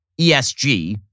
ESG